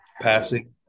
passing